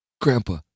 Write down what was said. Grandpa